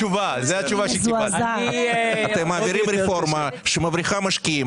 אתם מעבירים רפורמה שמבריחה משקיעים.